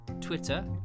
Twitter